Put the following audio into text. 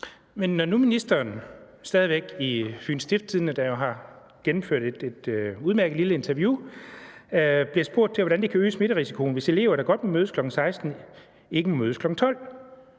Når nu ministeren stadig væk i Fyens Stiftstidende, der har gennemført et udmærket lille interview, bliver spurgt om, hvordan det kan øge smitterisikoen, hvis elever, der godt må mødes kl. 16, ikke må mødes kl. 12,